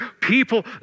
people